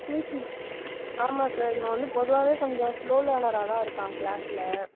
tuition ஆமாம் sir இவன் வந்து பொதுவாகவே கொஞ்சம் ஸ்லோ லேனராக தான் இருக்கான் கிளாஸில்